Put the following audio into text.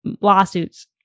lawsuits